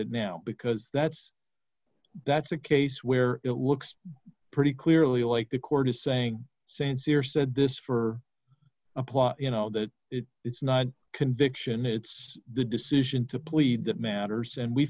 it now because that's that's a case where it looks pretty clearly like the court is saying sincere said this for applause you know that it it's not a conviction it's the decision to plead that matters and we